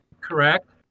correct